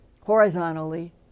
horizontally